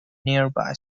nearby